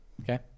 Okay